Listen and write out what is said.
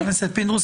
חבר הכנסת פינדרוס,